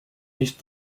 nicht